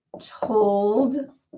told